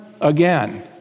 again